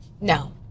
No